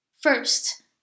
First